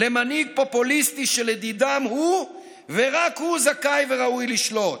למנהיג פופוליסטי שלדידם הוא ורק הוא זכאי וראוי לשלוט.